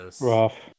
Rough